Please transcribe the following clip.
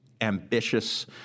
ambitious